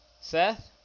Seth